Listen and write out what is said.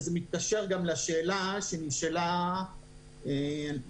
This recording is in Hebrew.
וזה מתקשר לשאלה ששאל קודמך.